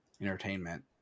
entertainment